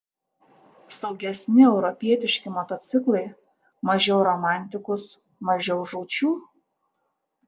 saugesni europietiški motociklai mažiau romantikos mažiau žūčių